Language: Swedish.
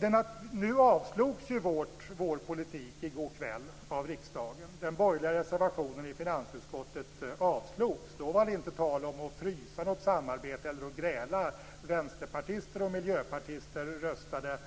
Riksdagen avslog i går kväll vår politiska linje. Den borgerliga reservationen i finansutskottet avslogs. Då var det inte tal om att frysa något samarbete och att gräla. Vänsterpartister och miljöpartister röstade